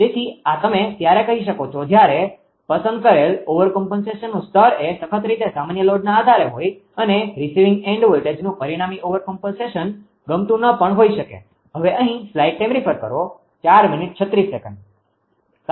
તેથી આ તમે ત્યારે કહી શકો છો જયારે પસંદ કરેલ ઓવરકોમ્પનસેશનનુ સ્તર એ સખત રીતે સામાન્ય લોડના આધારે હોય અને રિસીવિંગ એન્ડ વોલ્ટેજનુ પરિણામી ઓવરકોમ્પનસેશન ગમતું ન પણ હોઈ શકે